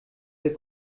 der